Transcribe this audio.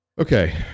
Okay